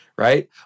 Right